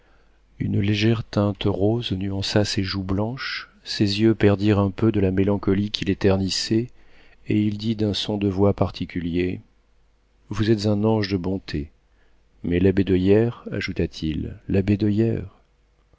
une légère teinte rose nuança ses joues blanches ses yeux perdirent un peu de la mélancolie qui les ternissait et il dit d'un son de voix particulier vous êtes un ange de bonté mais labédoyère ajouta-t-il labédoyère a ce